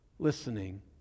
listening